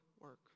work